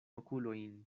okulojn